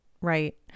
right